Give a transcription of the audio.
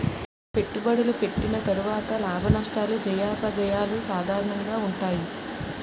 పెట్టుబడులు పెట్టిన తర్వాత లాభనష్టాలు జయాపజయాలు సాధారణంగా ఉంటాయి